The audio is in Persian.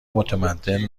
متمدن